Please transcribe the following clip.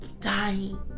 dying